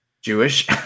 Jewish